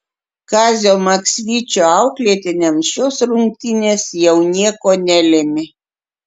kazio maksvyčio auklėtiniams šios rungtynės jau nieko nelėmė